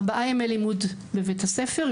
ארבעה ימי לימוד בבית הספר,